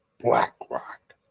BlackRock